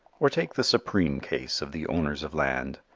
or take the supreme case of the owners of land.